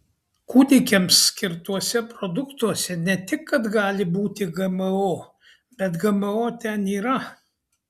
kūdikiams skirtuose produktuose ne tik kad gali būti gmo bet gmo ten yra